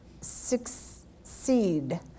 succeed